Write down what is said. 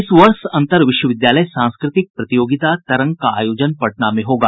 इस वर्ष अन्तर विश्वविद्यालय सांस्कृतिक प्रतियोगिता तरंग का आयोजन पटना में होगा